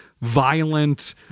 violent